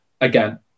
again